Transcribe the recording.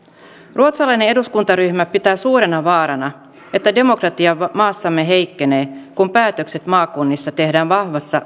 ruotsalainen eduskuntaryhmä pitää suurena vaarana että demokratia maassamme heikkenee kun päätökset maakunnissa tehdään vahvassa